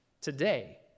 today